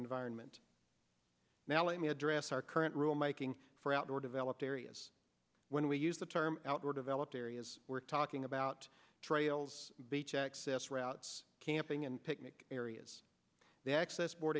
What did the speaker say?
environment now let me address our current rule making for outdoor developed areas when we use the term outdoor developed areas we're talking about trails beach access routes camping and picnic areas the access board